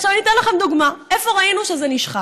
עכשיו אני אתן לכם דוגמה איפה ראינו שזה נשחק: